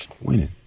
winning